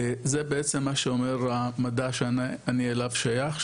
זה בעצם מה שאומר המדע שאני אליו שייך,